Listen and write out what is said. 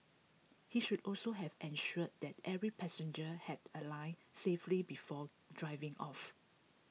he should also have ensured that every passenger had alighted safely before driving off